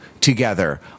together